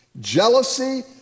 jealousy